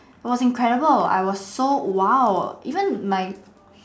it was incredible I was so !wow! even my